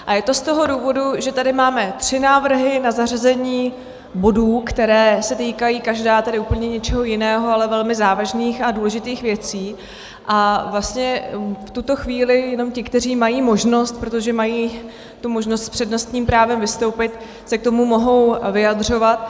A je to z toho důvodu, že tady máme tři návrhy na zařazení bodů, které se týkají každý tedy úplně něčeho jiného, ale velmi závažných a důležitých věcí, a vlastně v tuto chvíli jenom ti, kteří mají možnost, protože mají tu možnost s přednostním právem vystoupit, se k tomu mohou vyjadřovat.